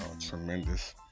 tremendous